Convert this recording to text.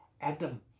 Adam